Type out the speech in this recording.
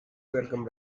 welcome